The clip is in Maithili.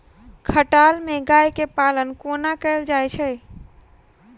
खटाल मे गाय केँ पालन कोना कैल जाय छै?